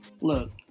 Look